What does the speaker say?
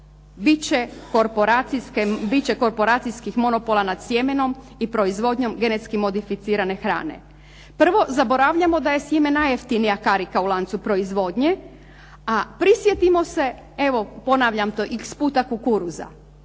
će korporacijskih monopola nad sjemenom i proizvodnjom genetski modificirane hrane. Prvo, zaboravljamo da je sjeme najjeftinija karika u lancu proizvodnje, a prisjetimo se, evo ponavljam to x puta, kukuruza.